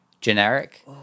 generic